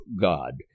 God